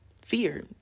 fear